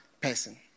person